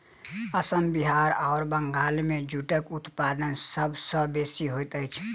असम बिहार आ बंगाल मे जूटक उत्पादन सभ सॅ बेसी होइत अछि